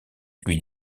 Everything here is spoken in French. lui